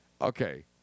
Okay